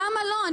למה לא?